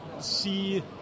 see